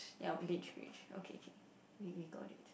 ya beige beige okay okay we we got it